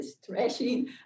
stretching